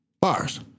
Bars